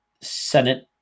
Senate